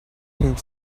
think